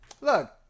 look